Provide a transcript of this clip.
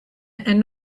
and